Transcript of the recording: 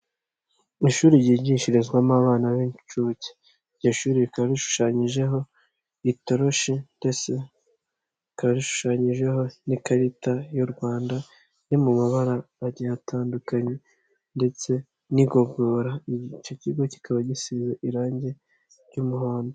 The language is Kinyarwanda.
Ishuri ryigishirizwamo abana b'inshuke, iryo shuri rikaba rishushanyijeho itoroshi ndetse ryashushanyijeho n'ikarita y'u Rwanda iri mu mabara atandukanye ndetse n'igogora, icyo kigo kikaba gisize irangi ry'umuhondo.